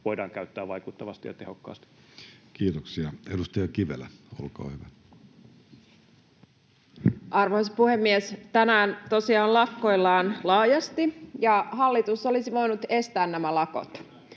voidaan käyttää vaikuttavasti ja tehokkaasti? Kiitoksia. — Edustaja Kivelä, olkaa hyvä. Arvoisa puhemies! Tänään tosiaan lakkoillaan laajasti, ja hallitus olisi voinut estää nämä lakot.